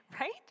right